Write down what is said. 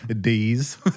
D's